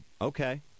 okay